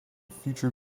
future